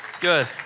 Good